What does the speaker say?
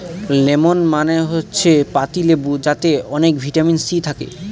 lemon মানে হচ্ছে পাতি লেবু যাতে অনেক ভিটামিন সি থাকে